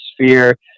sphere